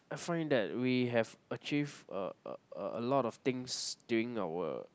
I find that we have achieved a a a a lot of things during our